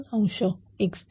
x3